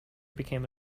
became